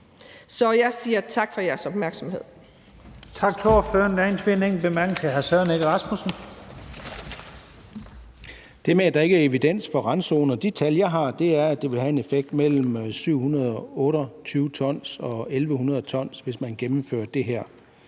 Jeg siger tak for jeres opmærksomhed.